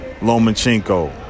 Lomachenko